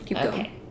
Okay